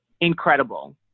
incredible